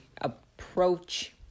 approach